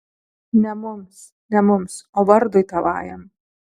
ne mums ne mums o vardui tavajam